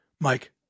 Mike